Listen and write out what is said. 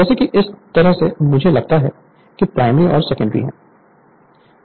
Refer Slide Time 2353 जैसे कि इस तरह से मुझे लगता है कि प्राइमरी और सेकेंडरी है